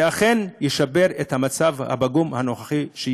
זה ישפר את המצב הפגום הנוכחי.